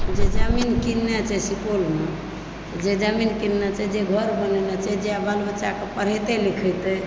जे जमीन किननै छै सुपौलमे जे जमीन किननै छै जे घर बनेने छै जे बाल बच्चाकेँ पढ़ेतै लिखेतै